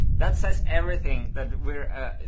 that says everything that we're a.